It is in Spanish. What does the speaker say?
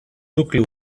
núcleo